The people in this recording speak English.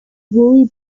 woolly